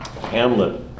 Hamlet